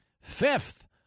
Fifth